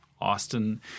Austin